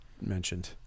mentioned